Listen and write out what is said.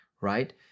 right